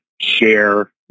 Share